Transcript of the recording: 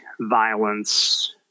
violence